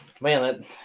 man